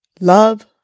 love